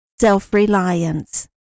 Self-Reliance